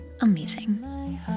amazing